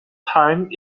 time